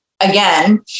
again